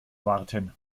warten